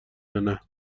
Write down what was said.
یانه